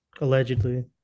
Allegedly